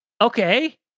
okay